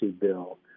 bill